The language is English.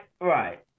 right